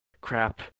crap